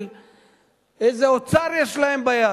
של איזה אוצר יש להם ביד,